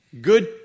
Good